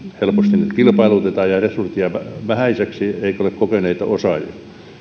helposti nyt kilpailutetaan ja resurssit jäävät vähäiseksi eikä ole kokeneita osaajia